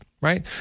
right